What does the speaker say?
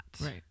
Right